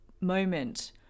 moment